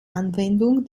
anwendung